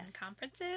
conferences